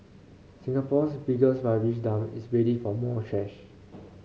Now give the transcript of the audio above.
Singapore's biggest rubbish dump is ready for more trash